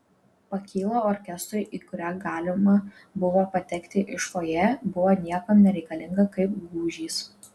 pakyla orkestrui į kurią galima buvo patekti iš fojė buvo niekam nereikalinga kaip gūžys